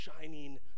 shining